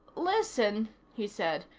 listen, he said.